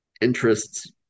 interests